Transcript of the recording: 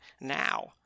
Now